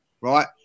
Right